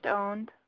owned